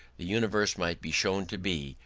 the universe might be shown to be,